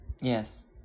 yes